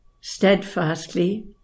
steadfastly